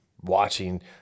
watching